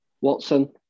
Watson